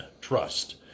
trust